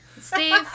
Steve